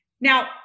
Now